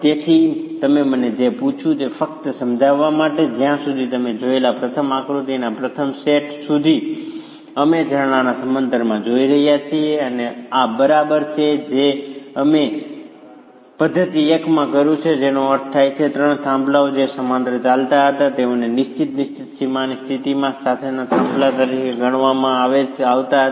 તેથી તમે મને જે પૂછ્યું તે ફક્ત સમજાવવા માટે જ્યાં સુધી તમે જોયેલા પ્રથમ આકૃતિના પ્રથમ સેટ સુધી અમે ઝરણાને સમાંતરમાં જોઈ રહ્યા છીએ અને આ બરાબર છે જે અમે પદ્ધતિ 1 માં કર્યું છે જેનો અર્થ થાય છે કે તે ત્રણ થાંભલાઓ જે સમાંતર ચાલતા હતા તેઓને નિશ્ચિત નિશ્ચિત સીમાની સ્થિતિ સાથેના થાંભલા તરીકે ગણવામાં આવતા હતા